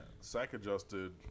sack-adjusted